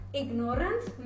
ignorance